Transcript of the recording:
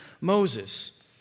Moses